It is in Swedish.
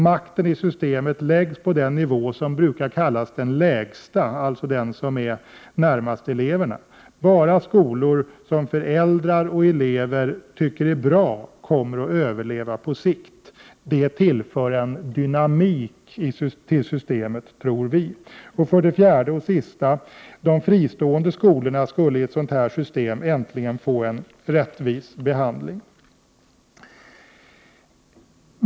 Makten i systemet läggs på den nivå som brukar kallas den lägsta, alltså den som är närmast eleverna. På sikt kommer bara skolor som föräldrar och elever tycker är bra att överleva. Vi tror att detta tillför en dynamik till systemet. För det fjärde och sista skulle de fristående skolorna i ett sådant här system äntligen få en rättvis behandling.